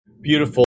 Beautiful